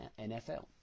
nfl